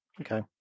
Okay